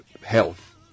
health